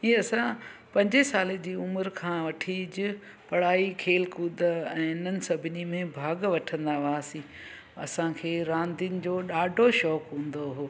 हीअ असां पंजे साले जी उमिरि खां वठी ज पढ़ाई खेल कूद ऐं हिननि सभिनी में भाग वठंदा हुआसीं असांखे रांदियुनि जो ॾाढो शौंक़ु हूंदो हो